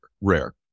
rare